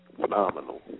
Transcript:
phenomenal